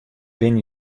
binne